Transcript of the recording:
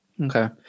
Okay